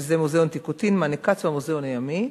שזה מוזיאון "טיקוטין", מאנה-כץ והמוזיאון הימי,